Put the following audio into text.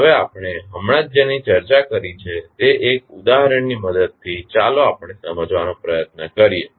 હવે આપણે હમણાં જ જેની ચર્ચા કરી છે તે એક ઉદાહરણની મદદથી ચાલો આપણે સમજવાનો પ્રયત્ન કરીએ